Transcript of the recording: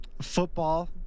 Football